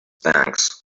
banks